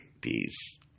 peace